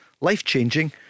life-changing